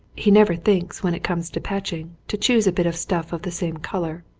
he never thinks when it comes to patching to choose a bit of stuff of the same colour.